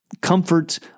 Comfort